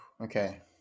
Okay